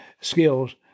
skills